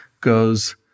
goes